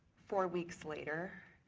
four weeks later,